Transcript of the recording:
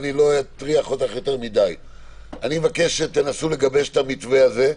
אני אבקש שתנסו לגבש את המתווה הזה.